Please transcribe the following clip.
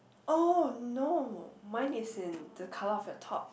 oh no mine is in the colour of your top